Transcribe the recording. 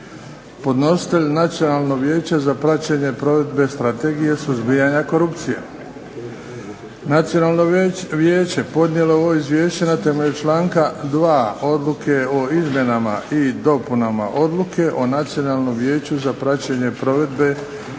Podnositelj: Nacionalno vijeće za praćenje provedbe Strategije suzbijanja korupcije. Nacionalno vijeće podnijelo je ovo izvješće na temelju članka 2. Odluke o izmjenama i dopunama Odluke o Nacionalnom vijeću za praćenje provedbe